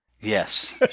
Yes